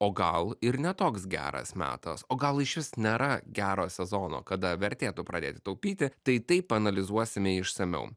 o gal ir ne toks geras metas o gal išvis nėra gero sezono kada vertėtų pradėti taupyti tai tai panalizuosime išsamiau